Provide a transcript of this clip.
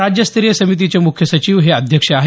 राज्यस्तरीय समितीचे मुख्य सचिव हे अध्यक्ष आहेत